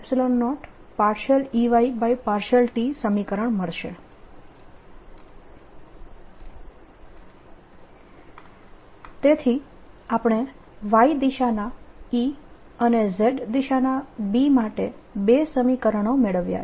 ds Bzxz BzxBz∂xx z00Ey∂tx z Bz∂x00Ey∂t તેથી આપણે Y દિશાના E અને Z દિશાના B માટે બે સમીકરણો મેળવ્યાં છે